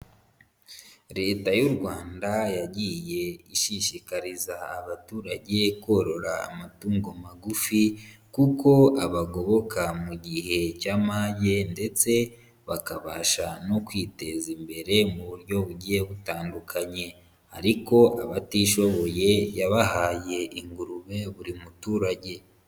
Leta y'u Rwanda yagiye ishishikariza abaturage korora amatungo magufi kuko abagoboka mu gihe cy'amage ndetse bakabasha no kwiteza imbere mu buryo bugiye butandukanye ariko abatishoboye yabahaye ingurube buri muturage.